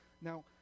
Now